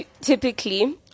typically